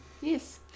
Yes